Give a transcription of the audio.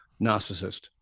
narcissist